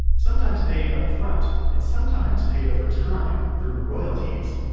sometimes paid up front, and sometimes paid over time through royalties